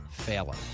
failing